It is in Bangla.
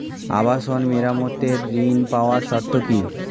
আবাসন মেরামতের ঋণ পাওয়ার শর্ত কি?